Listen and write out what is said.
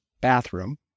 bathroom